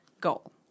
goal